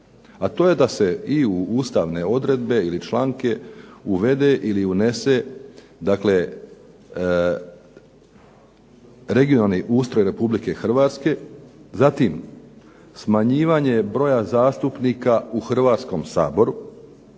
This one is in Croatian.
A to je da se i u ustavne odredbe ili članke uvede ili unese dakle regionalni ustroj Republike Hrvatske, zatim smanjivanje broja zastupnika u Hrvatskom saboru